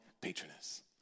patroness